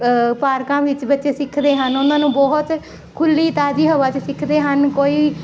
ਪਾਰਕਾਂ ਵਿੱਚ ਬੱਚੇ ਸਿੱਖਦੇ ਹਨ ਉਹਨਾਂ ਨੂੰ ਬਹੁਤ ਖੁੱਲ੍ਹੀ ਤਾਜ਼ੀ ਹਵਾ 'ਚ ਸਿੱਖਦੇ ਹਨ ਕੋਈ